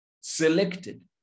selected